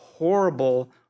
horrible